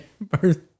birth